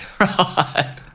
Right